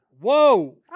Whoa